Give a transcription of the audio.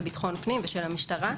ביטחון פנים ושל המשטרה.